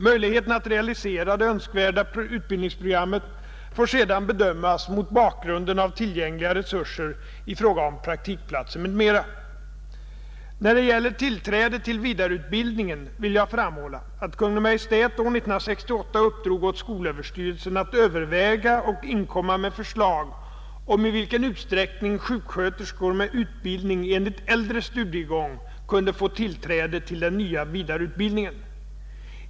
Möjligheterna att realisera det önskvärda utbildningsprogrammet får sedan bedömas mot bakgrunden av tillgängliga resurser i fråga om praktikplatser m.m. När det gäller tillträde till vidareutbildningen vill jag framhålla, att Kungl. Maj:t år 1968 uppdrog åt skolöverstyrelsen att överväga och inkomma med förslag om i vilken utsträckning sjuksköterskor med utbildning enligt äldre studiegång kunde få tillträde till den nya vidareutbildningen.